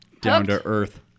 Down-to-earth